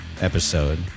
episode